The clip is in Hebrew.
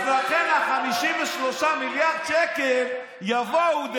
אז לכן ה-53 מיליארד שקלים יבואו,